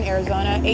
Arizona